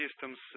systems